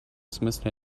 смысле